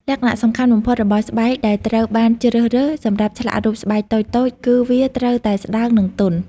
លក្ខណៈសំខាន់បំផុតរបស់ស្បែកដែលត្រូវបានជ្រើសរើសសម្រាប់ឆ្លាក់រូបស្បែកតូចៗ គឺវាត្រូវតែស្តើង និងទន់។